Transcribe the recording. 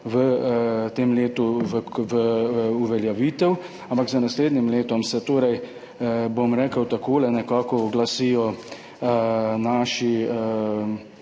v tem letu v uveljavitev. Ampak z naslednjim letom se torej, bom rekel takole, nekako tako se